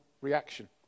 reaction